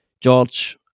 George